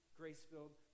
grace-filled